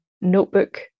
notebook